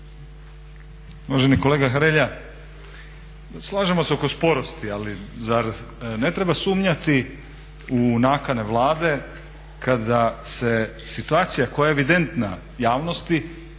Uvaženi kolega Hrelja, slažemo se oko sporosti ali zar ne treba sumnjati u nakane Vlade kada se situacija koja je evidentna javnosti